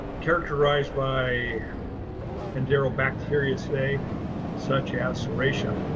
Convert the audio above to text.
characterized by and enterobacteriaceae, such as serratia.